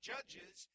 Judges